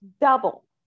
Double